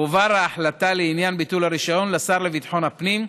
תועבר ההחלטה לעניין ביטול הרישיון לשר לביטחון הפנים,